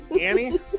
Annie